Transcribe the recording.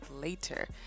later